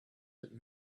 that